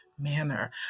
manner